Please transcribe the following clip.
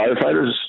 firefighters